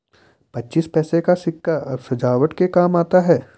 पच्चीस पैसे का सिक्का अब सजावट के काम आता है